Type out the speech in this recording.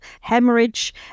hemorrhage